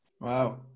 Wow